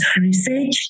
research